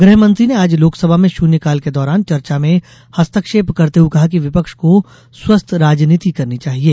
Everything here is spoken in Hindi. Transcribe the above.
गृहमंत्री ने आज लोकसभा में शून्यकाल के दौरान चर्चा में हस्तक्षेप करते हुए कहा कि विपक्ष को स्वस्थ राजनीति करनी चाहिए